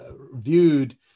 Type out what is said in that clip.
viewed